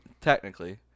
technically